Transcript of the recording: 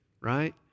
right